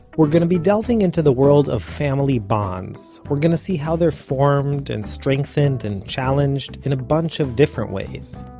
we're gonna be delving into the world of family bonds, we're gonna see how they're formed, and strengthened and challenged, in a bunch of different ways.